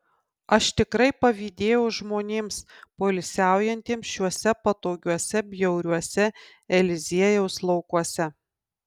aš tikrai pavydėjau žmonėms poilsiaujantiems šiuose patogiuose bjauriuose eliziejaus laukuose